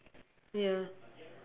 ya